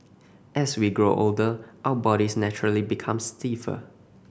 as we grow older our bodies naturally become stiffer